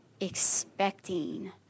expecting